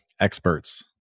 experts